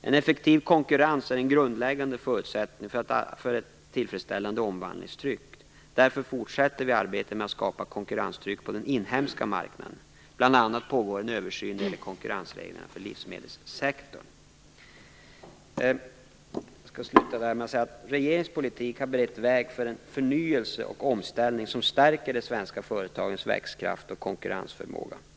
En effektiv konkurrens är en grundläggande förutsättning för ett tillfredsställande omvandlingstryck. Därför fortsätter vi arbetet med att skapa ett konkurrenstryck på den inhemska marknaden. Bl.a. pågår en översyn när det gäller konkurrensreglerna för livsmedelssektorn. Regeringens politik har berett väg för en förnyelse och omställning som stärker de svenska företagens växtkraft och konkurrensförmåga.